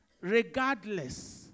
regardless